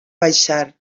baixar